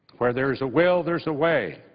where there is a will, there's a way.